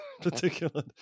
particular